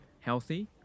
healthy